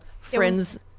friends